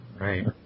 Right